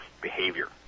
behavior